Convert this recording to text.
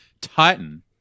titan